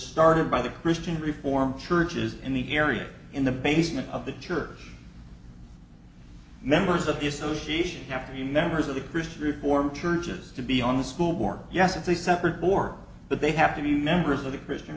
started by the christian reform churches in the area in the basement of the church members of the association have to be members of the christian reformed churches to be on the school board yes it's a separate board but they have to be members of the christian